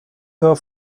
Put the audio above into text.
her